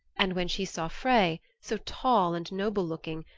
and when she saw frey, so tall and noble looking,